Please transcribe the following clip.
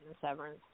Severance